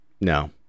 No